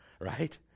right